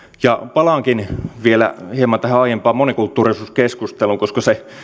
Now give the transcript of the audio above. palaankin vielä hieman tähän aiempaan monikulttuurisuuskeskusteluun koska se